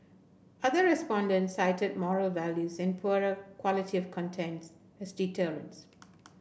other respondent cited moral values and poorer quality of contents as deterrents